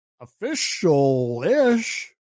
official-ish